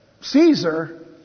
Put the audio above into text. Caesar